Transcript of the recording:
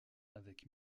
avec